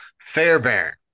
Fairbairn